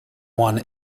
one